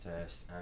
test